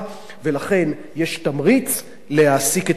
ולכן יש תמריץ להעסיק את האנשים.